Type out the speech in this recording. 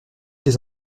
les